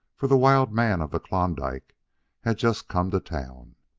for the wild man of klondike had just come to town.